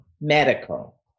medical